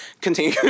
continue